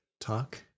talk